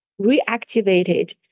reactivated